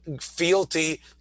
fealty